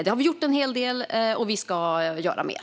Där har vi gjort en hel del, och vi ska göra mer.